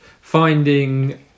finding